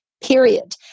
period